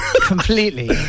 completely